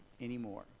anymore